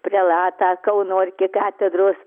prelatą kauno arkikatedros